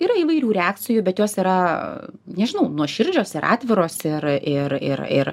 yra įvairių reakcijų bet jos yra nežinau nuoširdžios ir atviros ir ir ir ir